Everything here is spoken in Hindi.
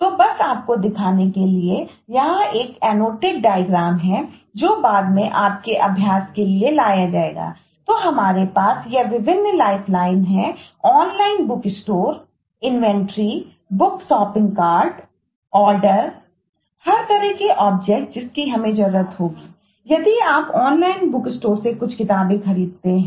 तो बस आपको दिखाने के लिए यहां एक एनोटेट डायग्राम से कुछ किताबें खरीदते है